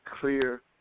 clear